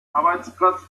arbeitsplatz